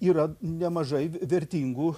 yra nemažai vertingų